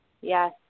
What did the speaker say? Yes